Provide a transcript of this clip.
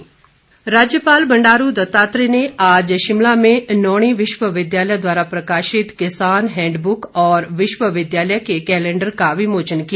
राज्यपाल राज्यपाल बंडारू दत्तात्रेय ने आज शिमला में नौणी विश्वविद्यालय द्वारा प्रकाशित किसान हैंडबुक और विश्वविद्यालय के कैलेंडर का विमोचन किया